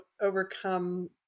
overcome